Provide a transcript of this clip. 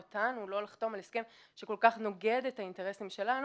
אותנו לא לחתום על הסכם שכל כך נוגד את האינטרסים שלנו,